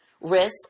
risk